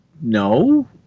no